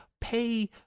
pay